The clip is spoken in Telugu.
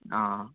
ఆ